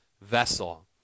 vessel